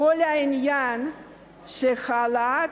כל העניין של העלאת